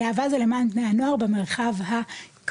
"להבה" זה למען בני הנוער במרחב הכפרי,